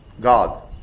God